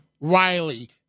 Riley